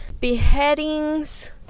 beheadings